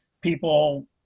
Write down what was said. people